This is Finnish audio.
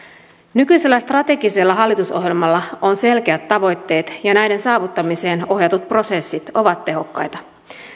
nykyisellä strategisella hallitusohjelmalla on selkeät tavoitteet ja näiden saavuttamiseen ohjatut prosessit ovat tehokkaita